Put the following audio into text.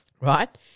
Right